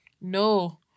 No